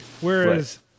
Whereas